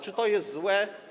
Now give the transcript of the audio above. Czy to jest złe?